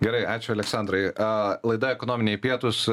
gerai ačiū aleksandrai laida ekonominiai pietūs